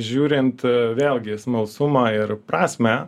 žiūrint vėlgi smalsumą ir prasmę